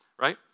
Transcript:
Right